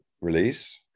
release